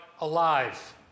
Alive